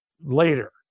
later